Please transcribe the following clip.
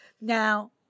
Now